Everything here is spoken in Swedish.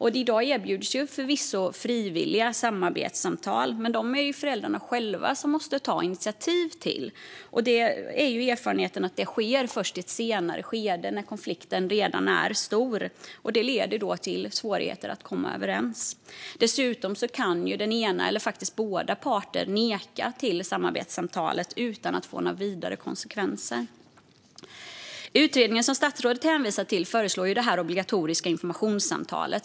I dag erbjuds förvisso frivilliga samarbetssamtal, men det är föräldrarna själva som måste ta initiativ till dessa. Erfarenheten är också att det sker först i ett senare skede när konflikten redan är stor, vilket leder till svårigheter att komma överens. Dessutom kan den ena parten eller båda neka till samarbetssamtal utan vidare konsekvenser. Utredningen som statsrådet hänvisar till föreslår ett obligatoriskt informationssamtal.